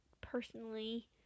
personally